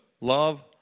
love